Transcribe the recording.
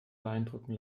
beeindrucken